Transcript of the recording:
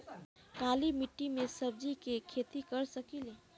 काली मिट्टी में सब्जी के खेती कर सकिले?